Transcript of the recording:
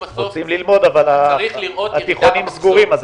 צריך לראות ירידה בהכנסות.